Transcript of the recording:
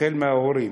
החל בהורים,